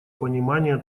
понимания